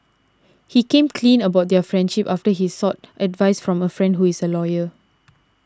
he came clean about their friendship after he sought advice from a friend who is a lawyer